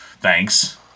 Thanks